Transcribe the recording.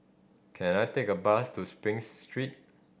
can I take a bus to Spring Street